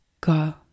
go